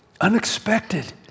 unexpected